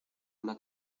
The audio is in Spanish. una